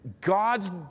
God's